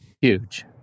huge